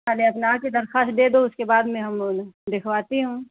पहले अपना आकर दरख़्वास्त दे दो उसके बाद में हम दिखवाती हूँ